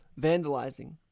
vandalizing